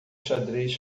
xadrez